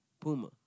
Puma